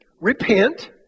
repent